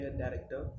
director